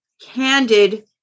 candid